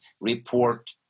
report